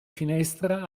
finestra